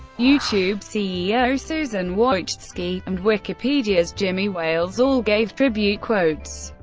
youtube ceo susan wojcicki, and wikipedia's jimmy wales all gave tribute quotes.